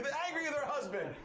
but angry with her husband.